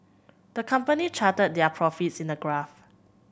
the company charted their profits in a graph